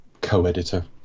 co-editor